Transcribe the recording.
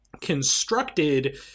constructed